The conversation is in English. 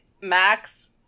Max